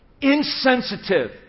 insensitive